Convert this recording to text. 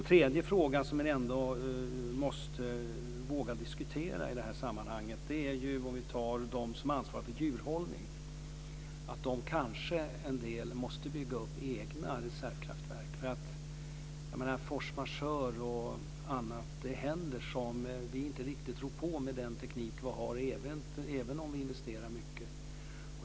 En tredje fråga som jag ändå tror att man måste våga diskutera i det här sammanhanget gäller dem som ansvarar för djurhållning. En del av dem måste kanske bygga upp egna reservkraftverk. Det händer saker, force majeure och annat, som vi inte riktigt rår på med den teknik vi har även om vi investerar mycket.